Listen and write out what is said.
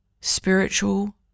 spiritual